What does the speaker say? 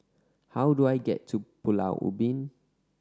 how do I get to Pulau Ubin